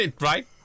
Right